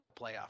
playoff